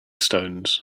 stones